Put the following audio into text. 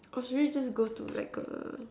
oh she man just go to like a